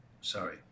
sorry